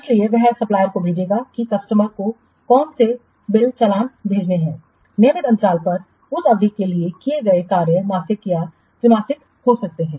इसलिए वह सप्लायरको भेजेगा कि कस्टमर को कौन से बिल चालान भेजेंगे नियमित अंतराल पर उस अवधि के लिए किए गए कार्य मासिक या त्रैमासिक हो सकते हैं